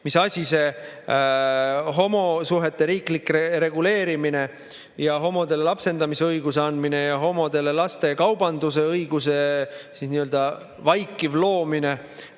mis asi see homosuhete riiklik reguleerimine ja homodele lapsendamisõiguse andmine ja homodele lastekaubanduse õiguse nii‑öelda vaikiv loomine